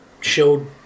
showed